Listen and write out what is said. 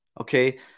Okay